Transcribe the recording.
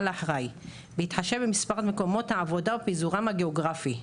לאחראי בהתחשב במספר מקומות העבודה ופיזורם הגיאוגרפי.